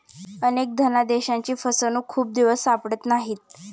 अनेक धनादेशांची फसवणूक खूप दिवस सापडत नाहीत